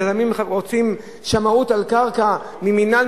רוצים שמאות על קרקע מהמינהל,